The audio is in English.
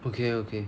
okay okay